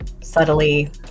subtly